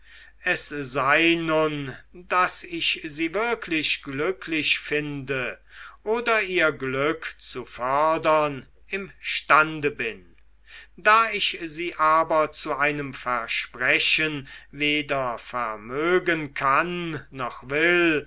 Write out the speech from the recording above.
es sei nun daß ich sie wirklich glücklich finde oder ihr glück zu befördern imstande bin da ich sie aber zu einem versprechen weder vermögen kann noch will